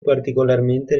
particolarmente